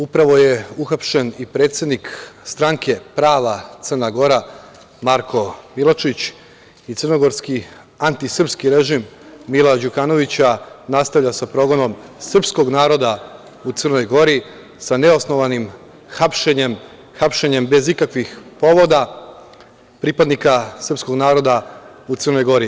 Upravo je uhapšen i predsednik stranke Prava Crna Gora Marko Miločić i crnogorski antisrpski režim Mila Đukanovića nastavlja sa progonom srpskog naroda u Crnoj Gori, sa neosnovanim hapšenjem bez ikakvih povoda, pripadnika srpskog naroda u Crnoj Gori.